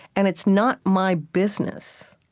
and it's not my business.